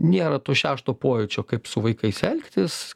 nėra to šešto pojūčio kaip su vaikais elgtis